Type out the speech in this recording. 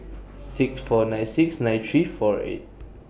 six four nine six nine three four eight